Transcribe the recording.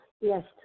Yes